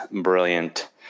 brilliant